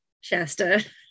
shasta